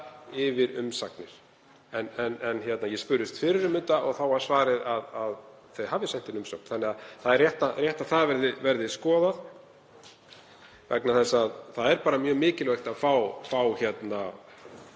yfir umsagnir. En ég spurðist fyrir um þetta og þá var svarið að félagið hafi sent inn umsögn þannig að það er rétt að það verði skoðað vegna þess að það er bara mjög mikilvægt að fá álit